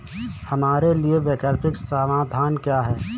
हमारे लिए वैकल्पिक समाधान क्या है?